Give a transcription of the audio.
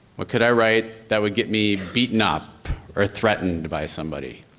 what could i write that would get me beaten up or threatened by somebody?